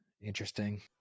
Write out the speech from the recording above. interesting